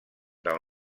del